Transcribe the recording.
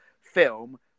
film